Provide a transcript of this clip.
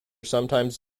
sometimes